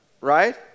Right